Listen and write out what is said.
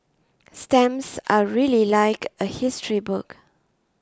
stamps are really like a history book